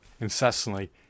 incessantly